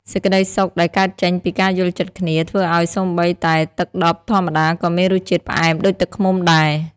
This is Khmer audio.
សេចក្តីសុខដែលកើតចេញពីការយល់ចិត្តគ្នា ធ្វើឱ្យសូម្បីតែទឹកដបធម្មតាក៏មានរសជាតិផ្អែមដូចទឹកឃ្មុំដែរ។